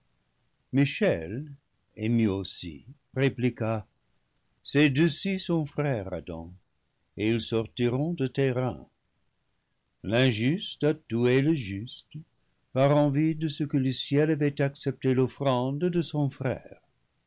deux ci sont frères adam et ils sortiront de tes reins l'injuste a tué le juste par envie de ce que le ciel avait accepté l'offrande de son frère